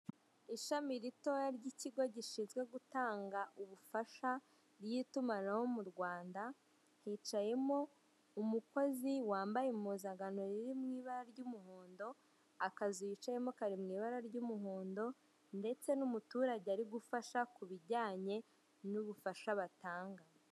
Ishami ritoya ry'ikigo gishinzwe gutanga ubufasha ry'itumanaho mu Rwanda, hicayemo umukozi wambaye impuzangano riri mu ibara ry'umuhondo, akazu yicayemo kari mu ibara ry'umuhondo ndetse n'umuturage ari gufasha ku bijyanye n'ubufasha batanga,